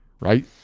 right